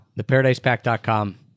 Theparadisepack.com